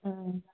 आं